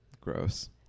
Gross